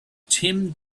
tim